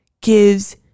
gives